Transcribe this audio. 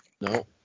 No